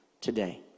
today